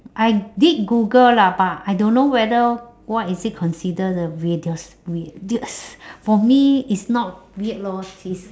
I did google lah but I don't know whether what is it consider the weirdest weirdest for me it's not weird lor it is